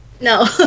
No